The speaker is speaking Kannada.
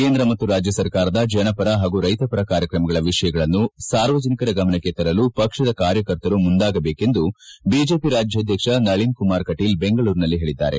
ಕೇಂದ್ರ ಮತ್ತು ರಾಜ್ಜ ಸರ್ಕಾರದ ಜನಪರ ಹಾಗೂ ರೈತಪರ ಕಾರ್ಯತ್ರಮಗಳ ವಿಷಯವನ್ನು ಸಾರ್ವಜನಿಕರ ಗಮನಕ್ಕೆ ತರಲು ಪಕ್ಷದ ಕಾರ್ಯಕರ್ತರು ಮುಂದಾಗಬೇಕೆಂದು ಬಿಜೆಪಿ ರಾಜ್ಕಾಧ್ಯಕ್ಷ ನಳೀನ್ ಕುಮಾರ್ ಕಟೀಲ್ ಬೆಂಗಳೂರಿನಲ್ಲಿಂದು ತಿಳಿಸಿದ್ದಾರೆ